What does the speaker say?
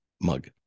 mug